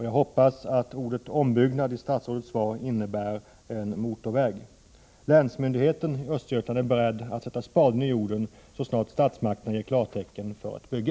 Jag hoppas att ordet ombyggnad i statsrådets svar innebär en motorväg. Länsmyndigheten i Östergötland är beredd att sätta spaden i jorden så snart statsmakterna ger klartecken för ett bygge.